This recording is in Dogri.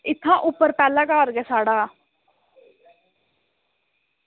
इत्थें उप्पर पैह्ला घर गै साढ़ा